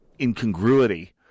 incongruity